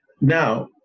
now